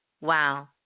Wow